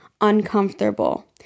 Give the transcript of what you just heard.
uncomfortable